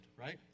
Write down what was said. right